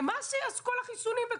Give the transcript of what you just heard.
למה כל החיסונים?